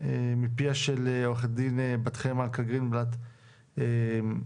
מפיה של עו"ד בת חן מלכה גרינבלט שמייצגת